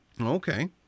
Okay